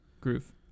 Groove